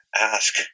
ask